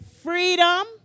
Freedom